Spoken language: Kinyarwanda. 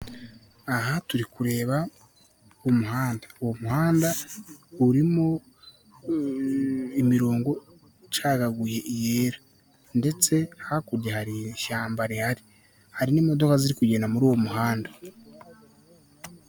Aha turi kureba umuhanda . Uwo muhanda urimo imirongo icagaguye yera ndetse hakurya hari ishyamba rihari, hari n'imodoka ziri kugenda muri uwo muhanda.